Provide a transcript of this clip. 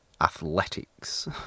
athletics